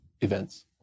events